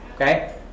Okay